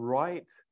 right